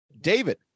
David